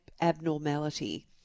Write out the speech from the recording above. abnormality